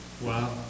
Wow